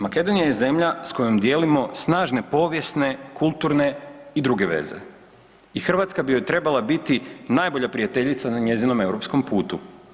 Makedonija je zemlja s kojom dijelimo snažne povijesne, kulturne i druge veze i Hrvatska bi joj trebala biti najbolja prijateljica na njezinom europskom putu.